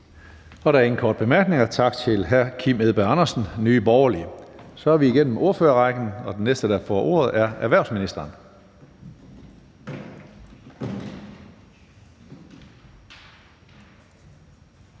Der er ingen korte bemærkninger. Tak til hr. Kim Edberg Andersen, Nye Borgerlige. Så er vi igennem ordførerrækken, og den næste, der får ordet, er erhvervsministeren.